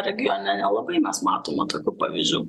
regione nelabai mes matome tokių pavyzdžių